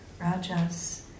rajas